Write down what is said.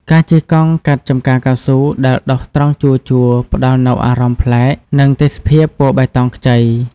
ការជិះកង់កាត់ចំការកៅស៊ូដែលដុះត្រង់ជួរៗ ផ្តល់នូវអារម្មណ៍ប្លែក និងទេសភាពពណ៌បៃតងខ្ចី។